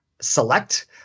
select